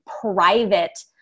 private